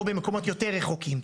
או במקומות יותר רחוקים,